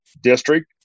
district